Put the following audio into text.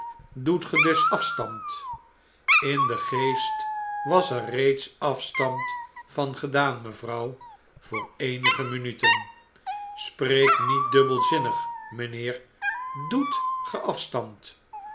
doet ge dus afstand in den geest was er reeds afstand van gedaan mevrouw voor eenige minuten spreek niet dubbelzinnig mynheer doet